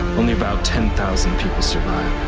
only about ten thousand people survive